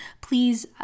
please